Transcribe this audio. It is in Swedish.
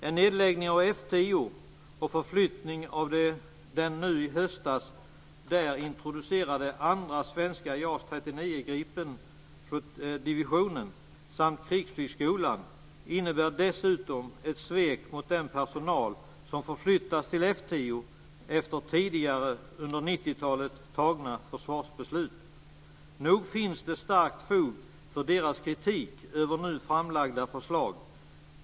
En nedläggning av F 10 och en förflyttning av den nu i höstas där introducerade andra svenska JAS 39 Gripen-divisionen samt Krigsflygskolan innebär dessutom ett svek mot den personal som förflyttats till F 10 efter tidigare, under 90-talet, tagna försvarsbeslut. Nog finns det starkt fog för deras kritik mot nu framlagda förslag.